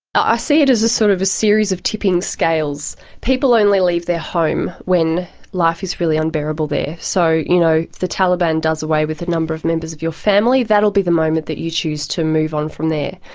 ah see it as sort of a series of tipping scales. people only leave their home when life is really unbearable there. so if you know the taliban does away with a number of members of your family, that will be the moment that you choose to move on from there.